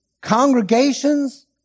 congregations